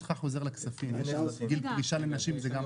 ברשותך חוזר לכספים, גיל פרישה לנשים זה גם חשוב.